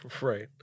Right